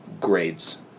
grades